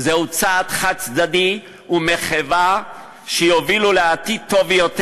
זהו צעד חד-צדדי ומחווה שיובילו לעתיד טוב יותר.